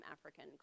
african